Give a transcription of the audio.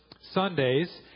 Sundays